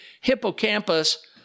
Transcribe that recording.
hippocampus